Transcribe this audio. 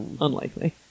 Unlikely